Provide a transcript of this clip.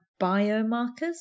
biomarkers